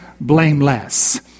blameless